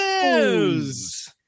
news